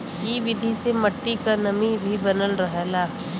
इ विधि से मट्टी क नमी भी बनल रहला